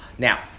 Now